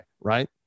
right